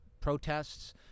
protests